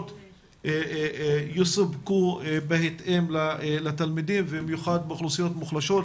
יסופקו בהתאם לתלמידים ובמיוחד באוכלוסיות מוחלשות,